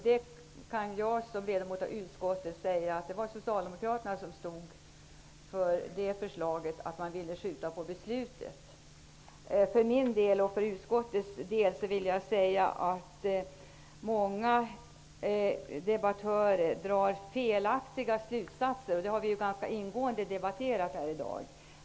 Såsom ledamot av utskottet kan jag säga att det var socialdemokraterna som stod för förslaget att man skulle skjuta på beslutet. För min och utskottsmajoritetens del vill jag säga att många debattörer drar felaktiga slutsatser. Det har vi debatterat ganska ingående här i dag.